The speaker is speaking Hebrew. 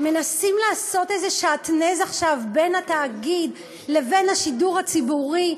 מנסים לעשות איזה שעטנז עכשיו בין התאגיד לבין השידור הציבורי.